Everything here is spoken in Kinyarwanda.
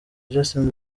justin